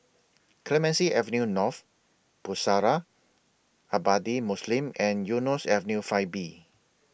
Clemenceau Avenue North Pusara Abadi Muslim and Eunos Avenue five B